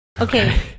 Okay